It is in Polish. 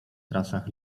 trasach